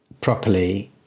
properly